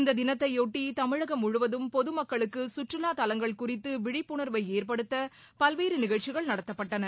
இத்தினத்தையோட்டி தமிழகம் முழுவதும் பொதுமக்களுக்கு கற்றுவாத் தலங்கள் குறித்து விழிப்புணர்வை ஏற்படுத்த பல்வேறு நிகழ்ச்சிகள் நடத்தப்பட்டன